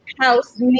house